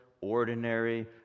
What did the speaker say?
ordinary